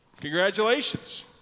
Congratulations